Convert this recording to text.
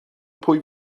pwy